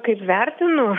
kaip vertinu